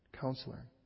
Counselor